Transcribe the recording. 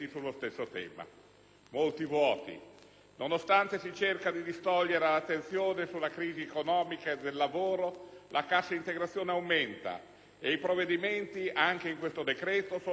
Molti vuoti: nonostante si cerchi di distogliere l'attenzione sulla crisi economica e del lavoro, la cassa integrazione aumenta e i provvedimenti, anche in questo decreto, sono insufficienti.